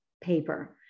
paper